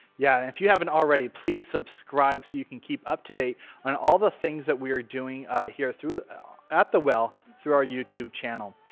yeah, if you haven't already please subscribe so you can keep up to date on all the things that we are doing here through at the well through our youtube channel.